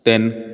ਤਿੰਨ